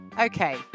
Okay